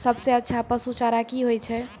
सबसे अच्छा पसु चारा की होय छै?